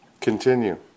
Continue